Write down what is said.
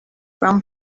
from